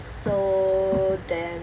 so damn